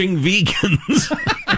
Vegans